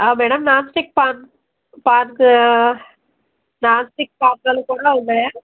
madam nonstick pan pan nonstick పాత్రలు కూడా ఉన్నాయా